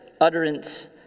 utterance